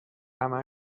همه